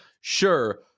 Sure